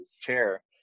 chair